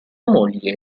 moglie